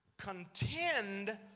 contend